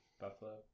buffalo